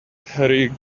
harry